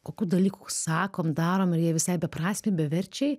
kokių dalykų sakom darom ir jie visai beprasmiai beverčiai